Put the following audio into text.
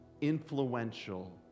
influential